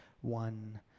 one